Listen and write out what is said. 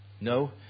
No